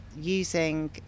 using